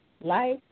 Life